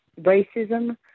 racism